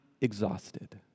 exhausted